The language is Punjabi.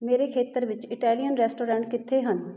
ਮੇਰੇ ਖੇਤਰ ਵਿੱਚ ਇਟਾਲੀਅਨ ਰੈਸਟੋਰੈਂਟ ਕਿੱਥੇ ਹਨ